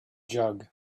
jug